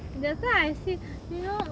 that time I still you know